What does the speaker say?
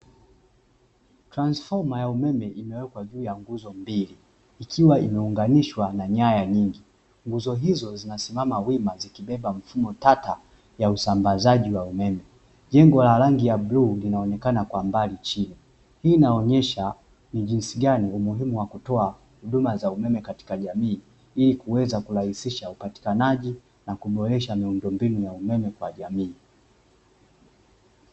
Transfoma ya umeme imewekwa juu ya nguzo mbili, ikiwa imeunganishwa na nyaya nyingi, nguzo hizo zinasimama wima, zikibeba mfumo tata ya usambazaji wa umeme, jengo la rangi ya bluu linaonekana kwa mbali chini, hii inaonyesha ni jinsi gani umuhimu wa kutoa huduma za umeme katika jamii ili kuweza kurahisisha upatikanaji na kuboresha miundo mbinu ya umeme kwa jamii.